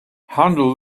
handle